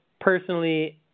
personally